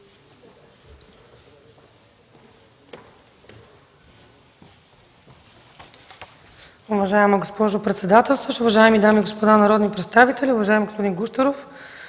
Уважаема госпожо председателстващ, уважаеми дами и господа народни представители! Уважаеми господин Гущеров,